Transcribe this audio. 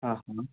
ആഹ്